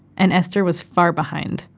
and esther was far behind.